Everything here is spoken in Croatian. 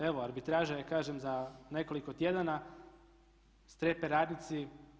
Evo arbitraža je kažem za nekoliko tjedana, strepe radnici.